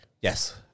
Yes